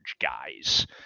guys